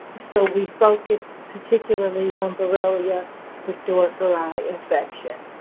so we focused particularly on borrelia burgdorferi infection.